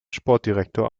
sportdirektor